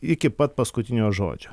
iki pat paskutinio žodžio